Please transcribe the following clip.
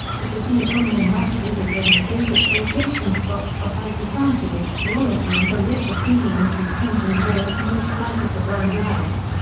the poseidonion rapidly became the favorite vacation spot for high society, royalty and the rich athenians who came to enjoy a small slice of the grand life.